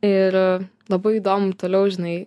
ir labai įdomu toliau žinai